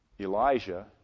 Elijah